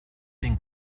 den